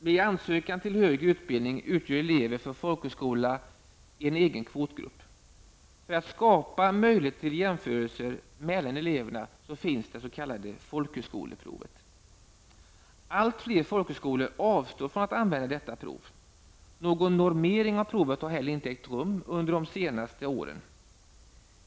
Vid ansökan till högre utbildning utgör elever från folkhögskola en egen kvotgrupp. För att skapa möjligheter till jämförelser mellan eleverna finns det s.k. folkhögskoleprovet. Allt fler folkhögskolor avstår från att använda detta prov. Någon normering av provet har heller inte ägt rum under de senaste åren.